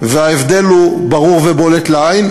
וההבדל הוא ברור ובולט לעין,